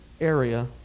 area